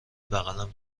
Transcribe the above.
بغلم